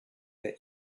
the